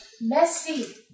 Messy